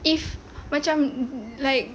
if macam like